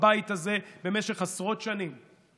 בבית הזה במשך עשרות שנים,